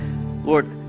Lord